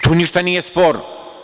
Tu ništa nije sporno.